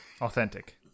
Authentic